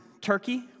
Turkey